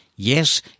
Yes